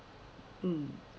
mm